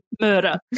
Murder